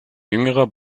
jüngerer